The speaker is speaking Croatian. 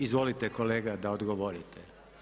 Izvolite kolega da odgovorite.